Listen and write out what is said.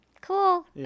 cool